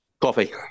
Coffee